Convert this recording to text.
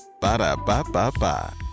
Ba-da-ba-ba-ba